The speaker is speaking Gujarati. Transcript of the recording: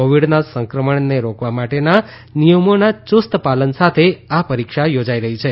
કોવિડના સંક્રમણને રોકવા માટેના નિયમોના યુસ્ત પાલન સાથે આ પરીક્ષા યોજાશે